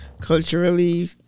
culturally